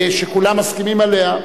שכולם מסכימים עליה.